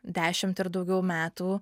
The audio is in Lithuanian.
dešimt ir daugiau metų